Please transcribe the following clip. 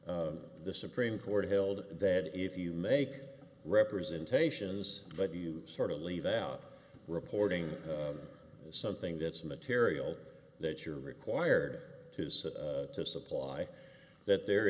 in the supreme court held that if you make representations but you sort of leave out reporting something that's material that you're required to sit to supply that there